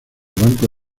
banco